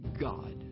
God